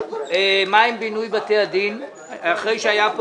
מה עם בינוי בתי הדין אחרי שהיו פה